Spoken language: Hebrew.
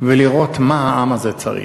ולראות מה העם הזה צריך.